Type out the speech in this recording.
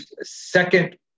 second